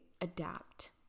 adapt